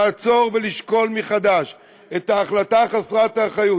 לעצור ולשקול מחדש את ההחלטה חסרת האחריות.